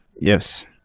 Yes